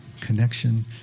connection